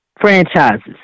franchises